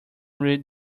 read